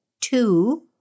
Two